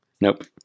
Nope